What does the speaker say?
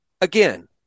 Again